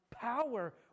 power